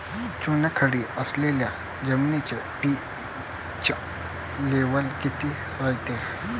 चुनखडी असलेल्या जमिनीचा पी.एच लेव्हल किती रायते?